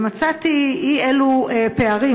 ומצאתי אי-אלו פערים,